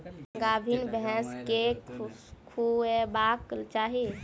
गाभीन भैंस केँ की खुएबाक चाहि?